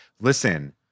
listen